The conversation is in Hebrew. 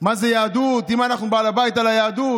מה זה יהדות, אם אנחנו בעלי בית על היהדות.